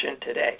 today